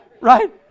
right